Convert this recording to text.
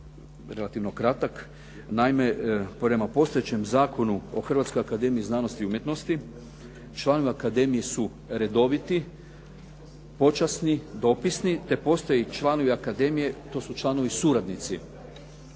relativno kratak. Naime, prema postojećem Zakonu o Hrvatskoj akademiji znanosti i umjetnosti, članovi akademije su redoviti, počasni, dopisni te postoje članovi akademije, to su članovi suradnici.